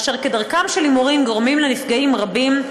אשר כדרכם של הימורים גורמים לנפגעים רבים,